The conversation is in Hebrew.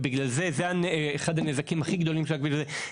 ובגלל זה זה אחד הנזקים הכי גדולים שהכביש הזה יעשה.